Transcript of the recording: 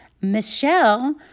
Michelle